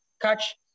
catch